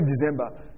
December